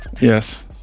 Yes